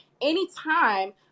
anytime